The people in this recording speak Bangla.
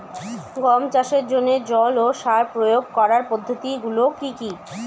গম চাষের জন্যে জল ও সার প্রয়োগ করার পদ্ধতি গুলো কি কী?